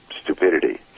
stupidity